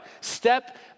step